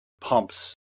pumps